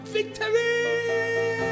Victory